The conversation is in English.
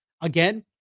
again